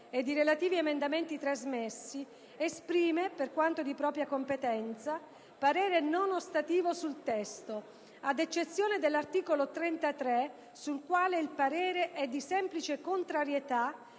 ed i relativi emendamenti trasmessi, esprime, per quanto di propria competenza, parere non ostativo sul testo, ad eccezione dell'articolo 33 sul quale il parere è di semplice contrarietà